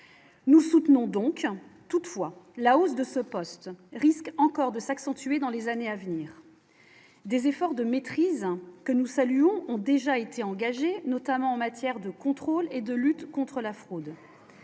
nous soutenons donc toutefois la hausse de ce poste risque encore de s'accentuer dans les années à venir, des efforts de maîtrise que nous saluons, ont déjà été engagées, notamment en matière de contrôle et de lutte contre la fraude,